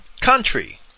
country